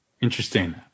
interesting